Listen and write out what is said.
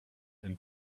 and